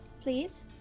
Please